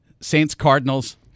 Saints-Cardinals